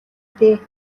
дээ